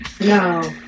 No